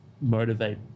motivate